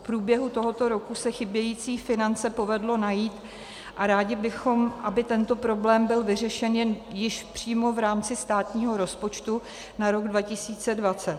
V průběhu tohoto roku se chybějící finance povedlo najít a rádi bychom, aby tento problém byl vyřešen již přímo v rámci státního rozpočtu na rok 2020.